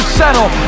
settle